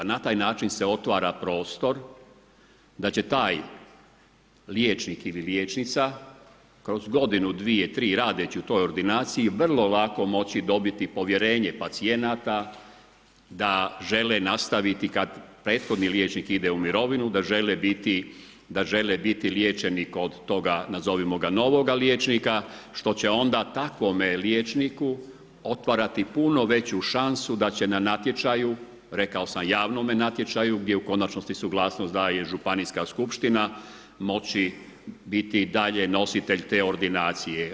Na taj način se otvara prostor da će taj liječnik ili liječnica, kroz godinu, dvije, tri, radeći u toj ordinaciji, vrlo lako moći dobiti povjerenje pacijenata, da žele nastaviti, kada prethodni liječnik ide u mirovinu, da žele biti liječeni kod toga nazovimo ga novoga liječnika, što će onda takvome liječniku, otvarati puno veću šansu, da će na natječaju, rekao sam, javnome natječaju, gdje u konačnosti suglasnost daje županijska skupština, moći biti i dalje nositelj te ordinacije.